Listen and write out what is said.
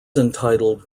entitled